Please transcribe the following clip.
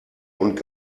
und